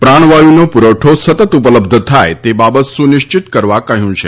પ્રાણવાયુનો પુરવઠો સતત ઉપલબ્ધ થાય તે બાબત સુનિશ્ચિત કરવા કહ્યું છે